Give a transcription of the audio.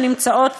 שנמצאות